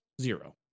zero